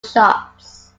shots